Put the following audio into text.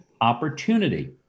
opportunity